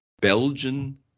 Belgian